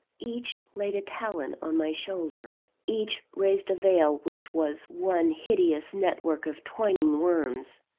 each laid a talon on my shoulder each raised a veil which was one hideous net-work of twining worms.